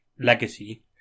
Legacy